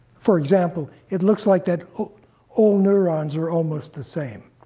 for example, it looks like that all neurons are almost the same.